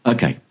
Okay